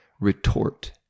retort